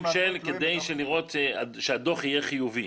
כדי לראות שהדוח יהיה חיובי.